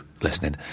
listening